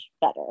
better